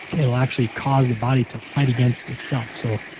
it will actually cause the body to fight against itself so,